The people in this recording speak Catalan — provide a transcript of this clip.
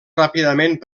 ràpidament